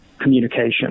communication